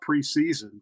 preseason